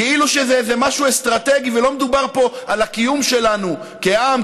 כאילו שזה איזה משהו אסטרטגי ולא מדובר פה על הקיום שלנו כעם,